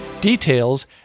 Details